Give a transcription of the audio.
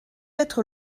être